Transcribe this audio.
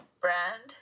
brand